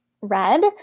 red